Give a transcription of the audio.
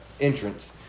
entrance